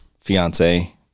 Fiance